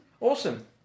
Awesome